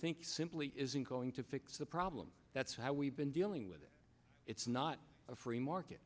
think simply isn't going to fix the problem that's how we've been dealing with it it's not a free market